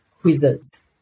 quizzes